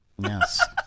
Yes